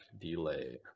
delay